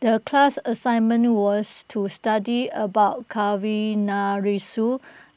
the class assignment was to study about Shangguan